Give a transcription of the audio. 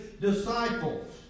disciples